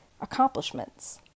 accomplishments